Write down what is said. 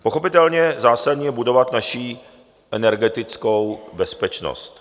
Pochopitelně zásadní je budovat naši energetickou bezpečnost.